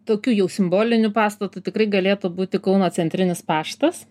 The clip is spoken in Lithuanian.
tokiu jau simboliniu pastatu tikrai galėtų būti kauno centrinis paštas